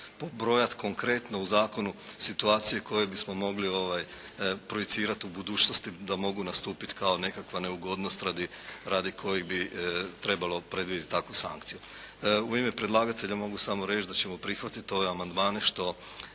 pobrojati konkretno u zakonu situacije koje bismo mogli projicirati u budućnosti da mogu nastupiti kao nekakva neugodnost radi koje bi trebalo predvidjeti takvu sankciju. U ime predlagatelja mogu samo reći da ćemo prihvatiti ove amandmane što